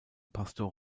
pastor